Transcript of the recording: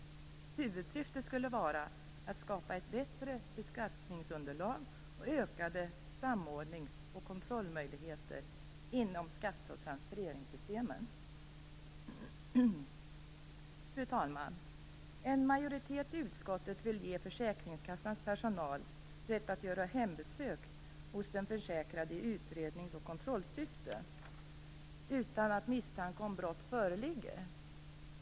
Huvudsyftet skulle vara att skapa ett bättre beskattningsunderlag och ökade samordnings och kontrollmöjligheter inom skatte och transfereringssystemen. Fru talman! En majoritet i utskottet vill ge försäkringskassans personal rätt att göra hembesök hos den försäkrade i utrednings och kontrollsyfte utan att misstanke om brott föreligger.